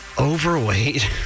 Overweight